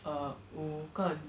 err 五个